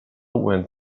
when